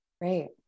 Great